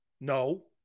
No